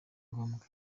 ngombwa